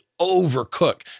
overcook